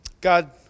God